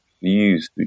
use